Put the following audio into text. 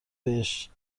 بهش